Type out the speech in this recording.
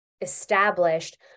established